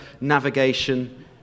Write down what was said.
navigation